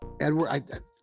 Edward